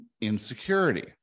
insecurity